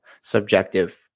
subjective